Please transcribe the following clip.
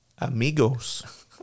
amigos